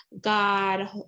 God